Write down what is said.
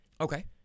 Okay